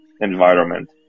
environment